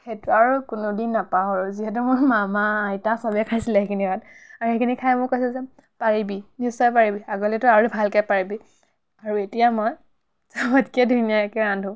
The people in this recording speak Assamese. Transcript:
সেইটো আৰু কোনোদিন নাপাহৰোঁ যিহেতু মই মামা আইতা চবে খাইছিলে সেইখিনি ভাত আৰু সেইখিনি খাই মোক কৈছে যে পাৰিবি নিশ্চয় পাৰিবি আগলেতো আৰু ভালকৈ পাৰিবি আৰু এতিয়া মই চবতকৈ ধুনীয়াকৈ ৰান্ধোঁ